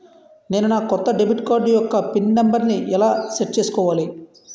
నేను నా కొత్త డెబిట్ కార్డ్ యెక్క పిన్ నెంబర్ని ఎలా సెట్ చేసుకోవాలి?